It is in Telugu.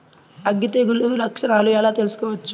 అగ్గి తెగులు లక్షణాలను ఎలా తెలుసుకోవచ్చు?